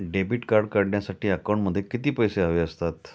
Debit card काढण्यासाठी अकाउंटमध्ये किती पैसे हवे असतात?